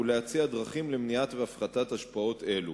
ולהציע דרכים למניעה ולהפחתה של השפעות אלו.